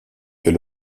fait